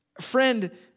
friend